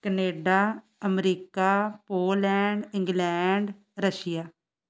Canada America Poland England Russia